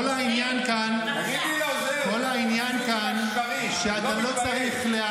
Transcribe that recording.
לא לא לא, כל העניין כאן הוא שאתה לא צריך להאמין.